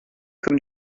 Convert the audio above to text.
comme